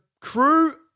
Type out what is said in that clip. crew